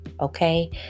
Okay